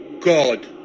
God